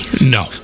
No